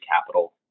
Capital